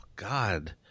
God